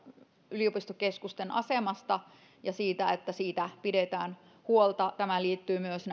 yliopistokeskusten asemasta ja siitä että siitä pidetään huolta tämä liittyy myös